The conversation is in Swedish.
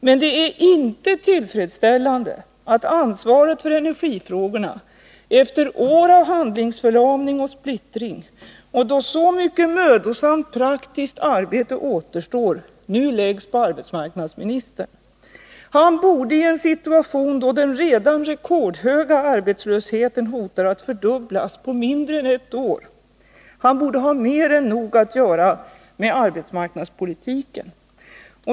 Men det är inte tillfredsställande att ansvaret för energifrågorna, efter år av handlingsförlamning och splittring och då så mycket mödosamt praktiskt arbete återstår, nu läggs på arbetsmarknadsministern. I en situation då den redan rekordhöga arbetslösheten hotar att fördubblas på mindre än ett år borde han ha mer än nog att göra med arbetsmarknadspolitiken.